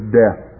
death